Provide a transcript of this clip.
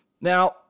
Now